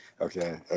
Okay